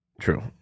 True